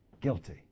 guilty